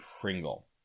Pringle